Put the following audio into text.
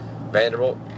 Vanderbilt